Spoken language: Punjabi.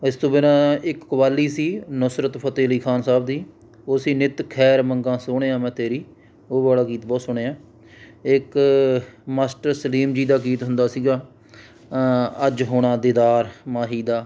ਇਸ ਤੋਂ ਬਿਨਾ ਇੱਕ ਕਵਾਲੀ ਸੀ ਨੁਸਰਤ ਫਤਹਿ ਅਲੀ ਖਾਨ ਸਾਹਿਬ ਦੀ ਉਹ ਸੀ ਨਿੱਤ ਖੈਰ ਮੰਗਾ ਸੋਹਣਿਆ ਮੈਂ ਤੇਰੀ ਉਹ ਵਾਲਾ ਗੀਤ ਬਹੁਤ ਸੁਣਿਆ ਇੱਕ ਮਾਸਟਰ ਸਲੀਮ ਜੀ ਦਾ ਗੀਤ ਹੁੰਦਾ ਸੀਗਾ ਅੱਜ ਹੋਣਾ ਦੀਦਾਰ ਮਾਹੀ ਦਾ